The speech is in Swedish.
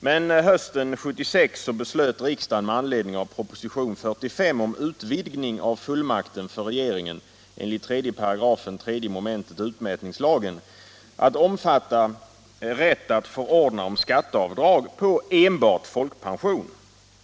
Men hösten 1976 beslöt riksdagen, med Nr 68 anledning av proposition 45, om utvidgning av fullmakten för regeringen Onsdagen den enligt 3 § 3 mom. utmätningslagen att omfatta rätt att förordna om skat 9 februari 1977 teavdrag på enbart folkpension.